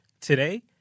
Today